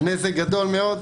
הנזק גדול מאוד.